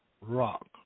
Rock